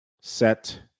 set